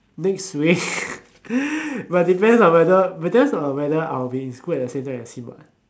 next week but depends on whether depends on whether I'll be in school at the same time as him [what]